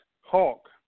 hawk